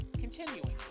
continuing